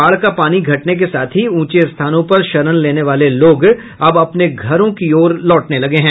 बाढ़ का पानी घटने के साथ ही ऊंचे स्थान पर शरण लेने वाले लोग अब अपने घरों की ओर लौटने लगे हैं